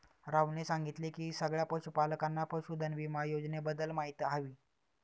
राहुलने सांगितले की सगळ्या पशूपालकांना पशुधन विमा योजनेबद्दल माहिती हवी